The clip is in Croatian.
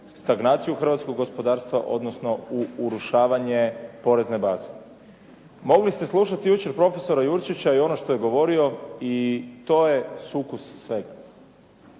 stagnaciju hrvatskog gospodarstva, odnosno u urušavanje porezne baze. Mogli ste slušati jučer prof. Jurčića i ono što je govorio i to je sukus svega.